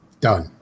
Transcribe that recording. done